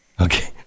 Okay